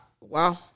Wow